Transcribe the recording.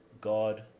God